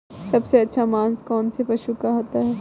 सबसे अच्छा मांस कौनसे पशु का होता है?